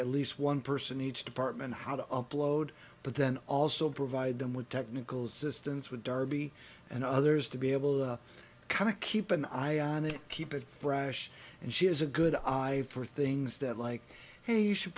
at least one person each department how to upload but then also provide them with technical assistance with darby and others to be able to kind of keep an eye on it keep it fresh and she has a good eye for things that like hey you should